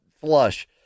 flush